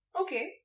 okay